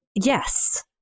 Yes